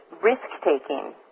risk-taking